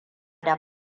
da